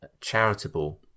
charitable